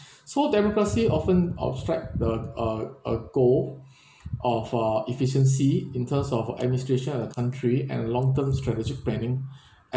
so democracy often obstruct the uh uh goal of uh efficiency in terms of administration of the country and long term strategic planning